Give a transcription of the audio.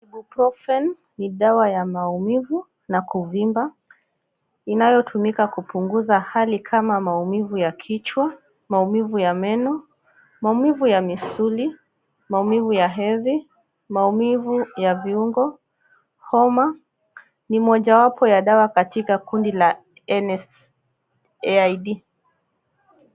Iboprufen ni dawa ya maumivu na kuvimba inayotumika kupunguza hali kama maumivu ya kichwa, maumivu ya meno, maumivu ya misuli, maumivu ya hedhi, maumivu ya viungo, homa. Ni moja wapo ya dawa katika kundi la ns aid .